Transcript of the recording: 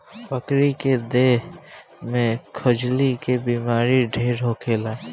बकरी के देह में खजुली के बेमारी ढेर होखेला